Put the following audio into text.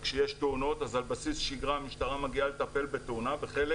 וכשיש תאונות אז על בסיס שגרה המשטרה מגיעה לטפל בתאונה וחלק